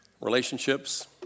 Relationships